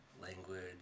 Language